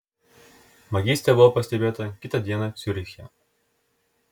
vagystė buvo pastebėta kitą dieną ciuriche